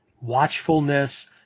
watchfulness